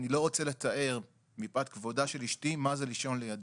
אני לא רוצה לתאר מפאת כבודה של אשתי מה זה לישון לידי.